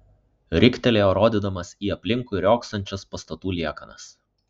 riktelėjo rodydamas į aplinkui riogsančias pastatų liekanas